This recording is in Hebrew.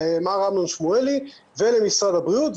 למר אמנון שמואלי ולמשרד הבריאות,